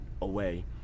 away